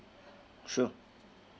sure